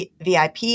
VIP